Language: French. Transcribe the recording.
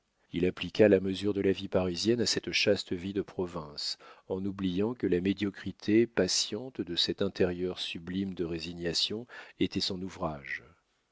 il appliqua la mesure de la vie parisienne à cette chaste vie de province en oubliant que la médiocrité patiente de cet intérieur sublime de résignation était son ouvrage